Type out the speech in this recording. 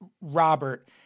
Robert